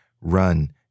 run